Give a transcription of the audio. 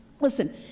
Listen